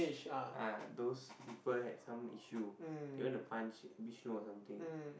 uh those people had some issue they went to punch Vishnu or something